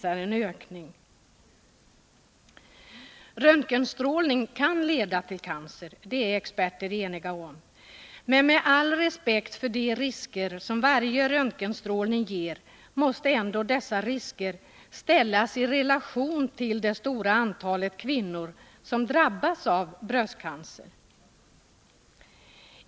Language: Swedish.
Att röntgenstrålning kan leda till cancer är experterna eniga om, men med all respekt för de risker som varje röntgenstrålning ger måste ändå dessa risker ställas i relation till det stora antalet kvinnor som drabbas av bröstcancer.